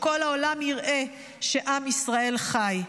שכל העולם יראה שעם ישראל חי,